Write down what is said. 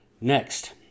Next